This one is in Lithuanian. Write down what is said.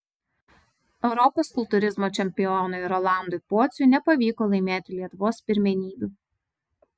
europos kultūrizmo čempionui rolandui pociui nepavyko laimėti lietuvos pirmenybių